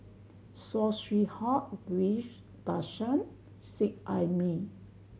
Saw Swee Hock Ghillie Basan Seet Ai Mee